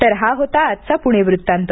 तर हा होता आजचा पुणे वृत्तांत